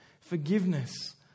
forgiveness